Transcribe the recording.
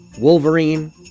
Wolverine